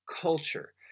culture